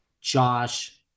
Josh